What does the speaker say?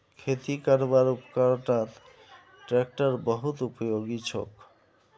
खेती करवार उपकरनत ट्रेक्टर बहुत उपयोगी छोक